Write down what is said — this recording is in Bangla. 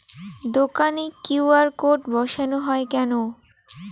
দোকানে কিউ.আর কোড বসানো হয় কেন?